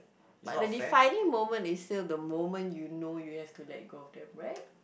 but the defining moment is still the moment you know you have to let go of them right